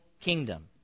kingdom